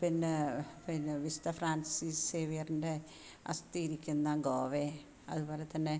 പിന്നെ പിന്നാ വിശുദ്ധ ഫ്രാൻസിസ് സേവിയറിൻ്റെ അസ്ഥിയിരിക്കുന്ന ഗോവയും അതുപോലെതന്നെ